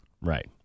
Right